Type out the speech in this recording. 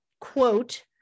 quote